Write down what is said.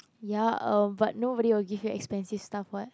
ya uh but nobody will give you expensive stuff [what]